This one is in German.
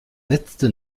letzte